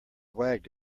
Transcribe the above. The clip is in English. wagged